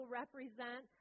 represent